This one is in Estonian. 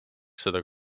seda